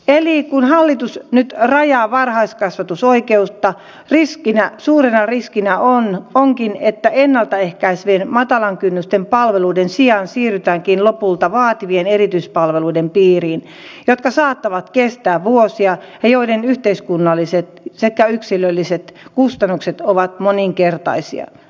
eli kun hallitus nyt rajaa varhaiskasvatusoikeutta suurena riskinä onkin että ennalta ehkäisevien matalan kynnyksen palveluiden sijaan siirrytäänkin lopulta vaativien erityispalveluiden piiriin jotka saattavat kestää vuosia ja joiden yhteiskunnalliset sekä yksilölliset kustannukset ovat moninkertaisia